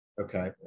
Okay